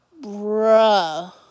bruh